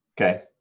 okay